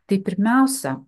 tai pirmiausia